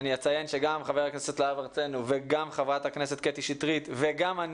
אני אציין שגם חבר הכנסת להב הרצנו וגם חברת הכנסת קטי שטרית ואני